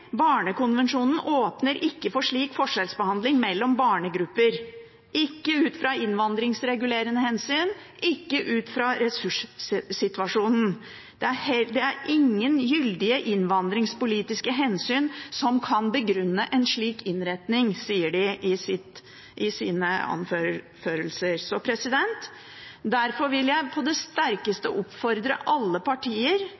Barnekonvensjonen åpner ikke for slik forskjellsbehandling mellom barnegrupper, ikke ut fra innvandringsregulerende hensyn, ikke ut fra ressurssituasjonen. Det er ingen gyldige innvandringspolitiske hensyn som kan begrunne en slik innretning, sier de i sine anførsler. Derfor vil jeg på det